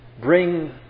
Bring